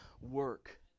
work